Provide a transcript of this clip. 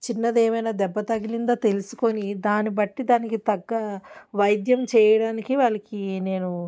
చిన్నది ఏమైనా దెబ్బ తగిలిందా తెలుసుకొని దాన్నిబట్టి దానికి తగ్గ వైద్యం చేయడానికి వాళ్ళకి నేను